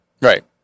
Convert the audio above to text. Right